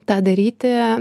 tą daryti